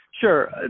Sure